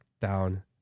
down